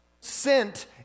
sent